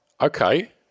Okay